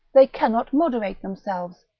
they cannot moderate themselves,